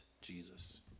Jesus